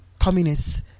communists